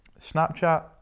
Snapchat